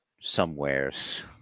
somewheres